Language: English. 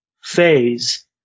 phase